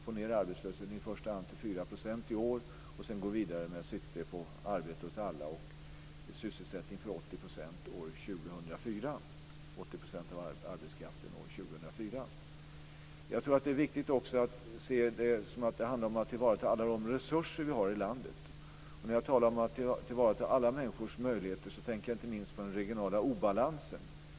Först gäller det att i år få ned arbetslösheten till 4 % och sedan att gå vidare med sikte på arbete åt alla och sysselsättning för 80 % av arbetskraften år 2004. Jag tror också att det är viktigt att se det så att det handlar om att tillvarata alla de resurser som vi har i landet. När jag talar om att tillvarata alla människors möjligheter tänker jag inte minst på den regionala obalansen.